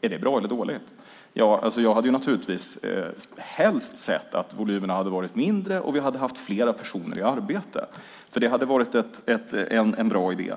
Är det bra eller dåligt? Jag hade naturligtvis helst sett att volymerna hade varit mindre och att vi hade haft fler personer i arbete. Det hade varit en bra idé.